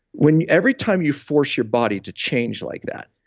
when every time you force your body to change like that,